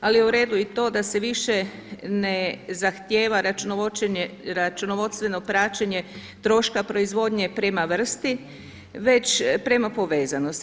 Ali je u redu i to da se više ne zahtijeva računovodstveno praćenje troška proizvodnje prema vrsti već prema povezanosti.